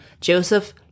Joseph